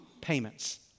payments